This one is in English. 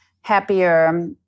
happier